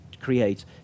create